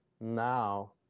now